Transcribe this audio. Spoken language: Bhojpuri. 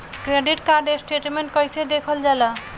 क्रेडिट कार्ड स्टेटमेंट कइसे देखल जाला?